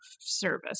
service